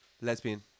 Lesbian